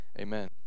Amen